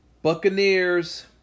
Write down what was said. Buccaneers